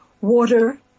Water